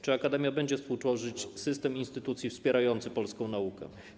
Czy akademia będzie współtworzyć system instytucji wspierający polską naukę?